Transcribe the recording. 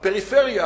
הפריפריה